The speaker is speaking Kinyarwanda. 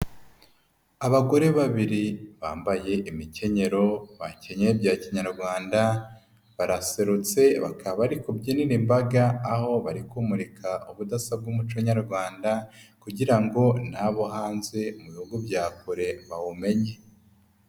Abagore babiri bambaye imikenyero bakenyeye bya kinyarwanda baraserutse bakaba bari kubyinira imbaga aho bari kumurika ubudasa bw'umuco nyarwanda kugira ngo n'abo hanze mu bihugu bya kure bawumenye.